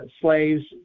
slaves